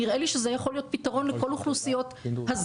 נראה לי שזה יכול להיות פתרון לכל אוכלוסיות הזרים,